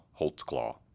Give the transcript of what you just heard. Holtzclaw